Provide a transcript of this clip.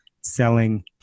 selling